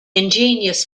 ingenious